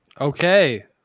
Okay